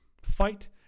fight